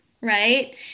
right